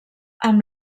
amb